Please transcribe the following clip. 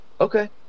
Okay